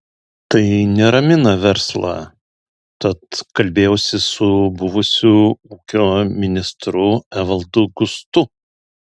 tai neramina verslą tad kalbėjausi su buvusiu ūkio ministru evaldu gustu